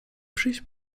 przyjść